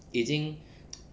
已经